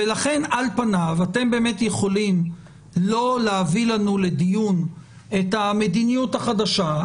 לכן על פניו אתם באמת יכולים לא להביא לנו לדיון את המדיניות החדשה,